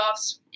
playoffs